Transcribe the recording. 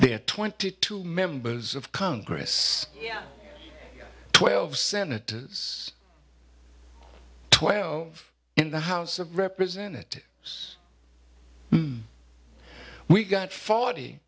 are twenty two members of congress twelve senators twelve in the house of representatives we got forty